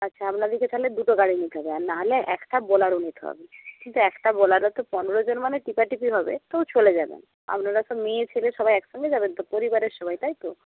আচ্ছা আপনাদেরকে তাহলে দুটো গাড়ি নিতে হবে আর না হলে একটা বোলেরো নিতে হবে কিন্তু একটা বোলেরোতে পনেরো জন মানে টেপাটিপি হবে তবু চলে যাবেন আপনারা সব মেয়ে ছেলে সবাই একসঙ্গে যাবেন তো পরিবারের সবাই তাই তো